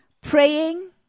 praying